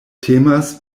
temas